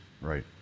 Right